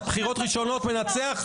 את הבחירות הראשונות מנצח,